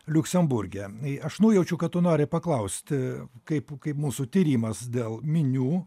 liuksemburge i aš nujaučiu kad tu nori paklaust kaip kaip mūsų tyrimas dėl minių